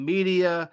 Media